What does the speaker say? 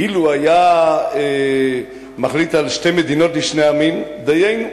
אילו היה מחליט על שתי מדינות לשני עמים, דיינו.